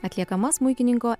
atliekama smuikininko